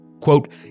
Quote